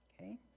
Okay